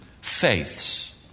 faiths